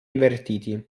invertiti